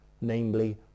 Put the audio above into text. namely